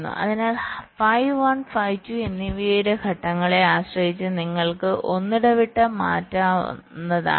അതിനാൽ phi 1 phi 2 എന്നിവയുടെ ഘട്ടങ്ങളെ ആശ്രയിച്ച് നിങ്ങൾക്ക് ഒന്നിടവിട്ട് മാറ്റാവുന്നതാണ്